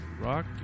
rock